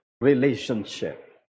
relationship